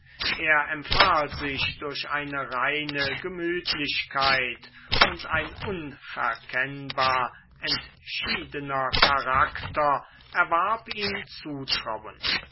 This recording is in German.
er empfahl sich durch eine reine gemütlichkeit und ein unverkennbar entschiedener charakter erwarb ihm zutrauen